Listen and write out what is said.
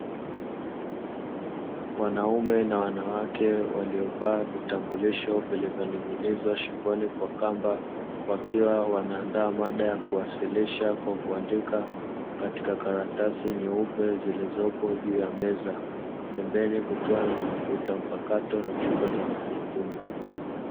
Wanaume na wanawake waliovaa vitambulisho vilivyo ning'inizwa shingoni kwa kamba wakiwa wanaandaa mada ya kuwasilisha kwa kuandika katika karatasi nyeupe zilizopo juu ya meza, pembeni kukiwa na kompyuta mpakato na chupa za maji ya kunywa.